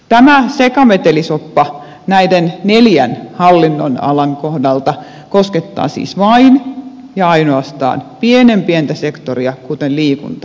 tämä sekametelisoppa näiden neljän hallinnonalan kohdalta koskettaa siis vain ja ainoastaan pienen pientä sektoria kuten liikunta euromääräisesti